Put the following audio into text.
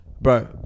Bro